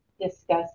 discuss